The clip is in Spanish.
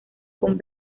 con